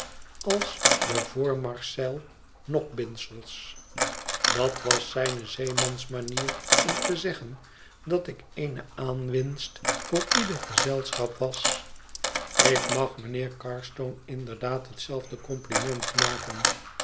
als de voormarszeil nokbindsels dat was zijne zeemansmanier om te zeggen dat ik eene aanwinst voor ieder gezelschap was ik mag mijnheer carstone inderdaad hetzelfde compliment maken